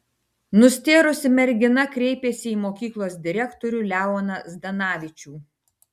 nustėrusi mergina kreipėsi į mokyklos direktorių leoną zdanavičių